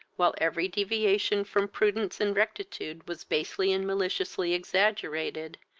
while every deviation from prudence and rectitude was basely and maliciously exaggerated,